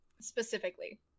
specifically